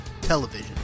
television